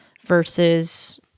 versus